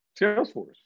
Salesforce